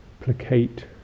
placate